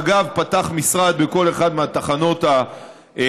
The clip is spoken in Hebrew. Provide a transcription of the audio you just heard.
מג"ב פתח משרד בכל אחת מהתחנות הכחולות,